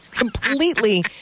Completely